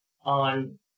on